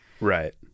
Right